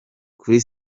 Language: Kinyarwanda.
kuri